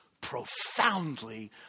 profoundly